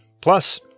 Plus